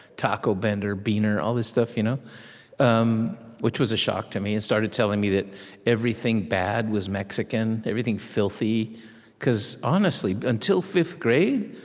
taco bender, beaner, all this stuff, you know um which was a shock to me, and started telling me that everything bad was mexican, everything filthy because honestly, until fifth grade,